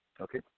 Okay